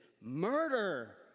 murder